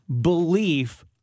belief